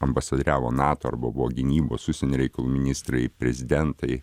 ambasadoriavo nato arba buvo gynybos užsienio reikalų ministrai prezidentai